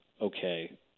okay